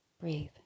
Breathe